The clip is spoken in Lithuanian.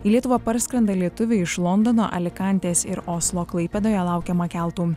į lietuvą parskrenda lietuviai iš londono alikantės ir oslo klaipėdoje laukiama keltų